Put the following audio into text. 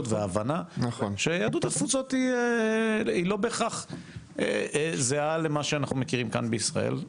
וההבנה שיהדות התפוצות היא בהכרח זהה למה שאנחנו מכירים כאן בישראל.